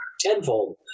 tenfold